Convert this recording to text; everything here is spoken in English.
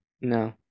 no